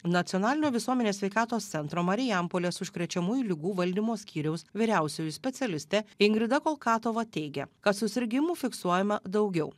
nacionalinio visuomenės sveikatos centro marijampolės užkrečiamųjų ligų valdymo skyriaus vyriausioji specialistė ingrida kolkatova teigia kad susirgimų fiksuojama daugiau